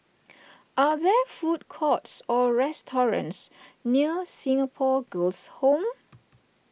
are there food courts or restaurants near Singapore Girls' Home